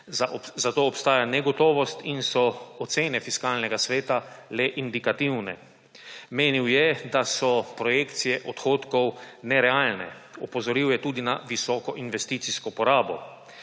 zato obstaja negotovost in so ocene Fiskalnega sveta le indikativne. Menil je, da so projekcije odhodkov nerealne. Opozoril je tudi na visoko investicijsko porabo.